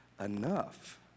enough